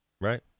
right